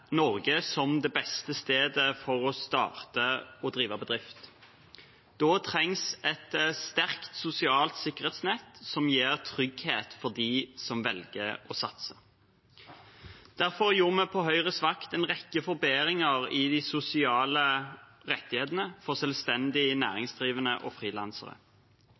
Norge som det beste stedet for å starte og drive bedrift. Da trengs et sterkt sosialt sikkerhetsnett som gir trygghet for dem som velger å satse. Derfor gjorde vi på Høyres vakt en rekke forbedringer i de sosiale rettighetene for selvstendig næringsdrivende og frilansere.